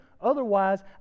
Otherwise